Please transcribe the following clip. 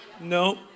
no